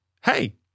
hey